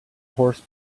horse